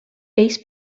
ells